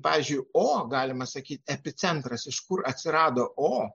pavyzdžiui o galima sakyti epicentras iš kur atsirado o